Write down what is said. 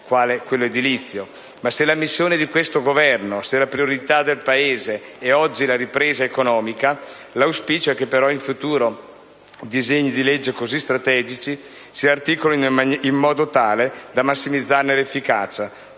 ma se la missione di questo Governo e la priorità del Paese è oggi la ripresa economica, l'auspicio è che in futuro disegni di legge così strategici si articolino in modo da massimizzare l'efficacia,